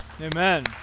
Amen